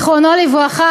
זיכרונו לברכה,